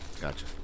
gotcha